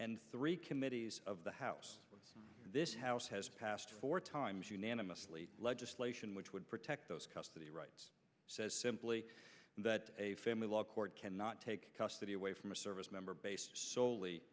and three committees of the house this house has passed four times unanimously legislation which would protect those custody rights says simply that a family law court cannot take custody away from a service member based solely